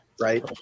Right